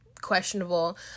questionable